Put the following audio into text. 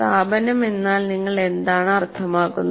സ്ഥാപനം എന്നാൽ നിങ്ങൾ എന്താണ് അർത്ഥമാക്കുന്നത്